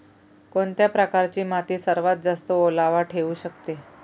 कोणत्या प्रकारची माती सर्वात जास्त ओलावा ठेवू शकते?